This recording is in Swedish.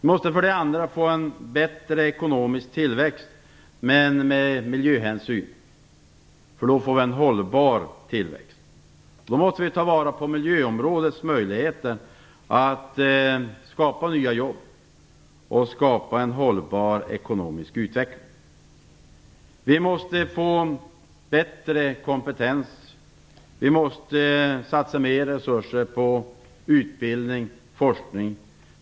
Vi måste för det andra få en bättre ekonomisk tillväxt, men med miljöhänsyn. Då får vi en hållbar tillväxt. Då måste vi ta vara på miljöområdets möjligheter att skapa nya jobb och en hållbar ekonomisk utveckling. Vi måste få bättre kompetens. Vi måste satsa mer resurser på utbildning och forskning.